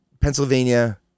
Pennsylvania